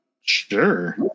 Sure